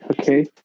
Okay